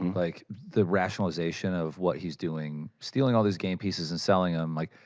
um like the rationalization of what he's doing. stealing all these game pieces and selling them, like,